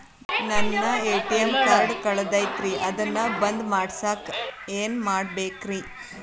ನನ್ನ ATM card ಕಳದೈತ್ರಿ ಅದನ್ನ ಬಂದ್ ಮಾಡಸಾಕ್ ಏನ್ ಮಾಡ್ಬೇಕ್ರಿ?